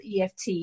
EFT